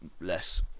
less